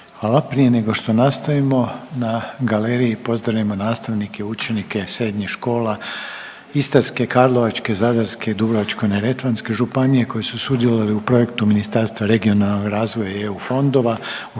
(HDZ)** Prije nego što nastavimo na galeriji pozdravimo nastavnike i učenike srednjih škola Istarske, Karlovačke, Zadarske, Dubrovačko-neretvanske županije koji su sudjelovali u projektu Ministarstva regionalnog razvoja i EU fondova